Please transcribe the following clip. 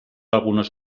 algunos